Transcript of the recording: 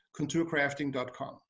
contourcrafting.com